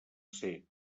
ser